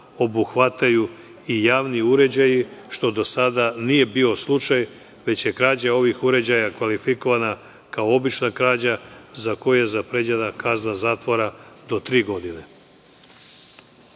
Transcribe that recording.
obuhvataju i javni uređaji, što do sada nije bio slučaj, već je krađa ovih uređaja kvalifikovana kao obična krađa za koju je zaprećena kazna zatvora do tri